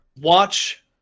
Watch